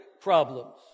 problems